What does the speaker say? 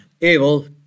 able